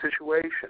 situation